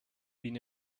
been